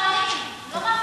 לפועלים.